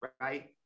right